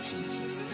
Jesus